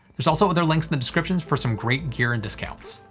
there's also other links in the description for some great gear and discounts.